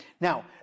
Now